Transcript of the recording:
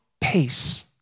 pace